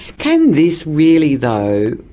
can this really, though,